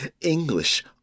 English